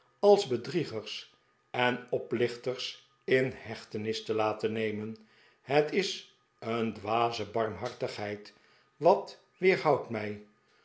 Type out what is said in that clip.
als bedriegers en oplichters in hechtenis te l'aten nemen het is een dwaze barmhartigheid wat weerhoudt mij